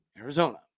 Arizona